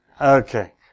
Okay